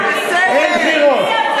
יש, אין בחירות.